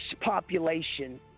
population